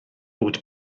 fod